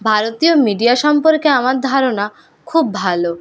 ভারতীয় মিডিয়া সম্পর্কে আমার ধারণা খুব ভালো